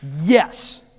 Yes